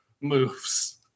moves